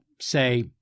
say